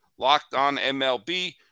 LOCKEDONMLB